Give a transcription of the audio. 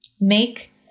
make